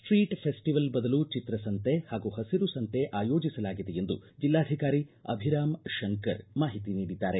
street festival ಬದಲು ಚಿತ್ರ ಸಂತೆ ಹಾಗೂ ಹಬರು ಸಂತೆ ಆಯೋಜಿಸಲಾಗಿದೆ ಎಂದು ಜಿಲ್ಲಾಧಿಕಾರಿ ಅಭಿರಾಮ್ ಶಂಕರ್ ಮಾಹಿತಿ ನೀಡಿದ್ದಾರೆ